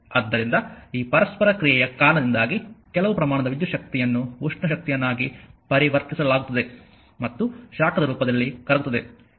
ಆದ್ದರಿಂದ ಈ ಪರಸ್ಪರ ಕ್ರಿಯೆಯ ಕಾರಣದಿಂದಾಗಿ ಕೆಲವು ಪ್ರಮಾಣದ ವಿದ್ಯುತ್ ಶಕ್ತಿಯನ್ನು ಉಷ್ಣ ಶಕ್ತಿಯನ್ನಾಗಿ ಪರಿವರ್ತಿಸಲಾಗುತ್ತದೆ ಮತ್ತು ಶಾಖದ ರೂಪದಲ್ಲಿ ಕರಗುತ್ತದೆ